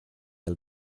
dal